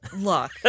look